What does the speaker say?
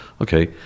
okay